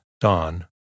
dawn